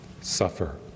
suffer